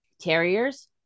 terriers